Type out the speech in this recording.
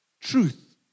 Truth